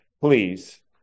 please